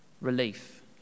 relief